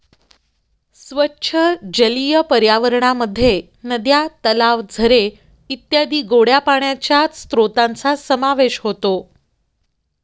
स्वच्छ जलीय पर्यावरणामध्ये नद्या, तलाव, झरे इत्यादी गोड्या पाण्याच्या स्त्रोतांचा समावेश होतो